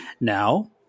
Now